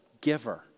giver